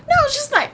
then I was just like